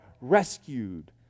rescued